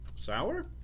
Sour